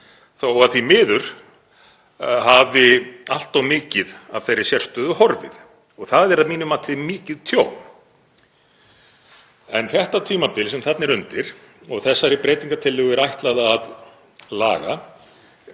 þó að því miður hafi allt of mikið af þeirri sérstöðu horfið. Það er að mínu mati mikið tjón. Tímabilið sem þarna er undir, og þessari breytingartillögu er ætlað að laga,